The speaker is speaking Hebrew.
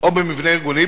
או במבנה ארגוני,